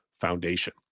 foundation